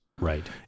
Right